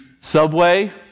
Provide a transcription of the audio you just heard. Subway